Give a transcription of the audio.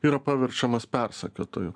yra paverčiamas persekiotoju